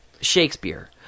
shakespeare